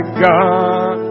god